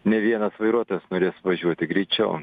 ne vienas vairuotojas norės važiuoti greičiau